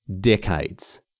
decades